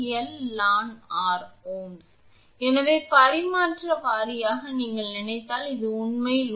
cable L metre நீளம் இருந்தால் காப்பு எதிர்ப்பு 𝑅𝑖𝑛𝑠 𝜌 2𝜋𝑙ln 𝑅 Ω ஏனென்றால் பரிமாண வாரியாக நீங்கள் நினைத்தால் இது உண்மையில் Ω